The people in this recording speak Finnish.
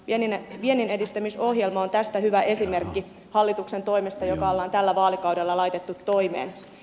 vienninedistämisohjelma on tästä hyvä esimerkki hallituksen toimesta joka ollaan tällä vaalikaudella laitettu toimeen